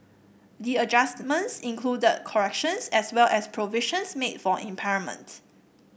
the adjustments included corrections as well as provisions made for impairment